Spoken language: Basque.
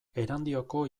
erandioko